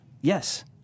Yes